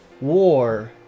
war